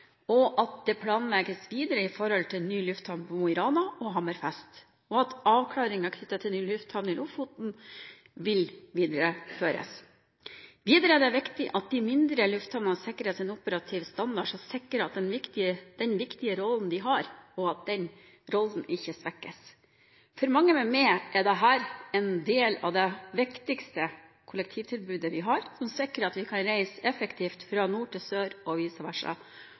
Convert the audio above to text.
Stokmarknes, at det planlegges videre når det gjelder ny lufthavn i Mo i Rana og i Hammerfest, og at avklaringen knyttet til ny lufthavn i Lofoten vil videreføres. Videre er det viktig at de mindre lufthavnene sikres en operativ standard som sikrer den viktige rollen de har; at den rollen ikke svekkes. For mange med meg er dette en del av det viktigste kollektivtilbudet vi har. Det sikrer at vi kan reise effektivt fra nord til sør og